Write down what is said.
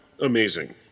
amazing